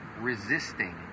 resisting